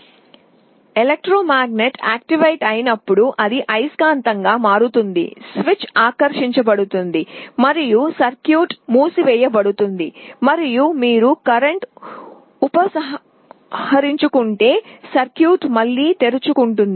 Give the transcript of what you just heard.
విద్యుదయస్కాంతం సక్రియం అయినప్పుడు అది అయస్కాంతంగా మారుతుంది స్విచ్ ఆకర్షించబడుతుంది మరియు సర్క్యూట్ మూసివేయబడుతుంది మరియు మీరు కరెంట్ ఉపసంహరించుకుంటే సర్క్యూట్ మళ్ళీ తెరుచుకుంటుంది